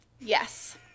Yes